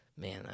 Man